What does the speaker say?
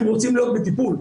הם רוצים להיות בטיפול.